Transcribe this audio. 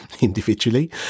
individually